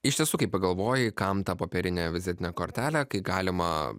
iš tiesų kai pagalvoji kam ta popierinė vizitinė kortelė kai galima